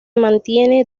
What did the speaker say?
mantiene